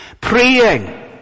Praying